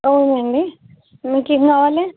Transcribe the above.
అవునండి మీకు ఏం కావాలి